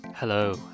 Hello